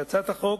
להצעת החוק